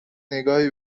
نگاهی